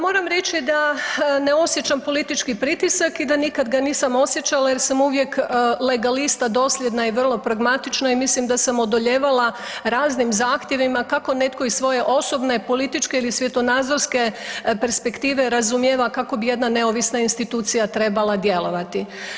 Moram reći da ne osjećam politički pritisak i da nikad ga nisam osjećala jer sam uvijek legalista, dosljedna i vrlo pragmatična i mislim da sam odolijevala raznim zahtjevima kako netko iz svoje osobne, političke ili svjetonazorske perspektive razumijeva kako bi jedna neovisna institucija trebala djelovati.